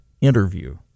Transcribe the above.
interview